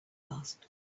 asked